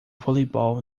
voleibol